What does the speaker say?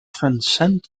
transcend